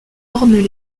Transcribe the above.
ornent